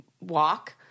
walk